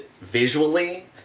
visually